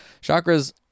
Chakras